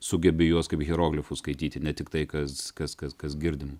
sugebi juos kaip hieroglifus skaityti ne tiktai kas kas kas kas girdim